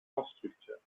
constructeurs